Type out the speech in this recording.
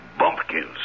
Bumpkins